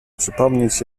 przypomnieć